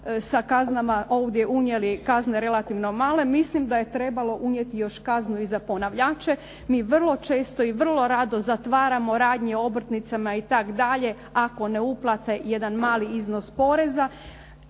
sa kaznama ovdje unijeli kazne relativno male. Mislim da je trebalo unijeti kaznu i za ponavljače. Mi vrlo često i vrlo rado zatvaramo radnje obrtnicima itd. ako ne uplate jedan mali iznos poreza.